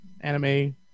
Anime